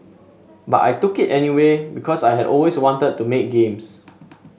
but I took it anyway because I had always wanted to make games